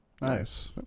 Nice